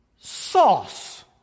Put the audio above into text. sauce